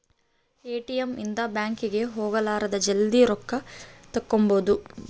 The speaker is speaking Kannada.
ಎ.ಟಿ.ಎಮ್ ಇಂದ ಬ್ಯಾಂಕ್ ಗೆ ಹೋಗಲಾರದ ಜಲ್ದೀ ರೊಕ್ಕ ತೆಕ್ಕೊಬೋದು